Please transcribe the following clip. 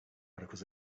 articles